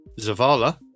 Zavala